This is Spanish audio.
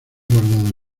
guardado